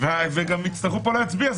ויצטרכו פה להצביע.